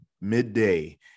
midday